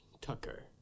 Tucker